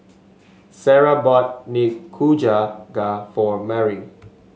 Sara bought Nikujaga for Marie